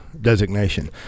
designation